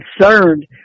concerned